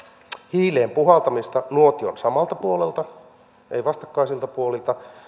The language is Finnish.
hiileen puhaltamista nuotion samalta puolelta ei vastakkaisilta puolilta